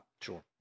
Sure